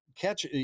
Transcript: Catch